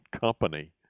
company